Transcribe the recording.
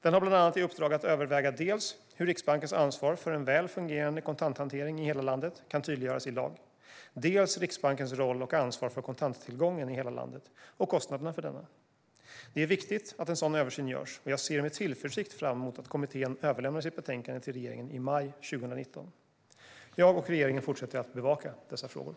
Den har bland annat i uppdrag att överväga dels hur Riksbankens ansvar för en väl fungerande kontanthantering i hela landet kan tydliggöras i lag, dels Riksbankens roll och ansvar för kontanttillgången i hela landet och kostnaderna för denna. Det är viktigt att en sådan översyn görs, och jag ser med tillförsikt fram emot att kommittén överlämnar sitt betänkande till regeringen i maj 2019. Jag och regeringen fortsätter att bevaka dessa frågor.